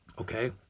okay